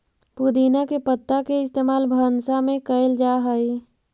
पुदीना के पत्ता के इस्तेमाल भंसा में कएल जा हई